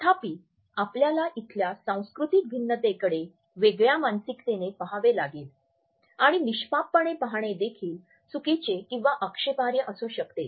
तथापि आपल्याला इथल्या सांस्कृतिक भिन्नतेकडे वेगळ्या मानसिकतेने पहावे लागेल आणि निष्पापपणे पाहणे देखील चुकीचे किंवा आक्षेपार्ह असू शकते